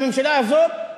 הממשלה הזאת,